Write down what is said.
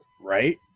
Right